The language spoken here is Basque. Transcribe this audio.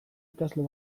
ikasle